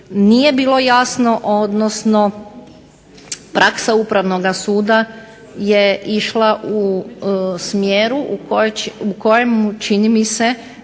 nije bilo jasno, odnosno praksa Upravnoga suda je išla u smjeru u kojemu čini mi se